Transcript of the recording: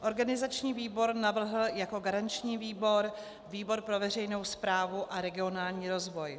Organizační výbor navrhl jako garanční výbor výbor pro veřejnou správu a regionální rozvoj.